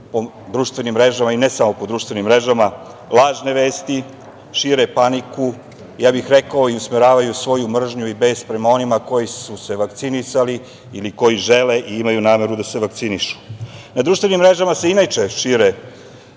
po društvenim mrežama i ne samo po društvenim mrežama lažne vesti, šire paniku, ja bih rekao, i usmeravaju svoju mržnju i bes prema onima koji su se vakcinisali ili koji žele i imaju nameru da se vakcinišu. Na društvenim mrežama inače šire razne